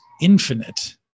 infinite